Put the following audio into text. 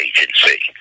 Agency